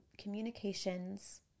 communications